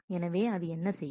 எனவே அது என்ன செய்யும்